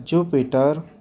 jupiter